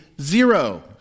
zero